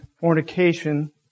fornication